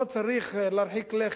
לא צריך להרחיק לכת.